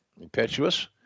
impetuous